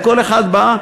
וכל אחד בא,